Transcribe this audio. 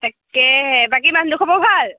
তাকেহে বাকী মানুহটোৰ খবৰ ভাল